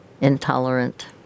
intolerant